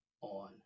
on